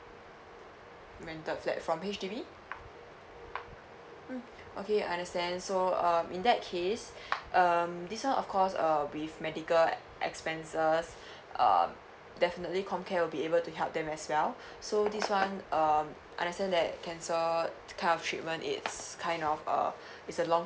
rented flat from H_D_B mm okay I understand so um in that case um this one of course uh with medical expenses um definitely comcare will be able to help them as well so this one um understand that cancer kind of treatment it's kind of uh is a long